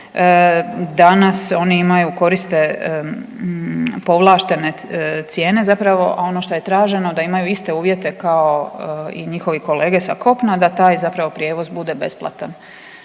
danas oni imaju, koriste povlaštene cijene zapravo, a ono što je traženo da imaju iste uvjete kao i njihovi kolege sa kopna da taj zapravo prijevoz bude besplatan.